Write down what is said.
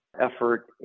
effort